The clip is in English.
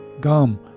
gum